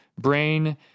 brain